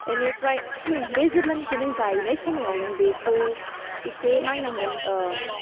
बेनिफ्राय बे जेब्लानाखि गायनाय समायाव नों बेखौ एसे नायनांगोन